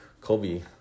Kobe